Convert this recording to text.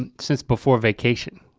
and since before vacation.